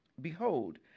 behold